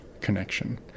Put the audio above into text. connection